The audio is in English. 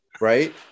right